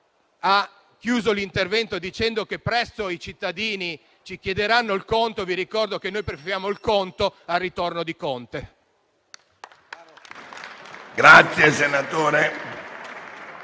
ha chiuso l'intervento dicendo che presto i cittadini ci chiederanno il conto, vi ricordo che noi preferiamo il conto al ritorno di Conte.